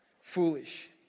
foolish